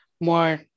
more